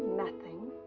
nothing.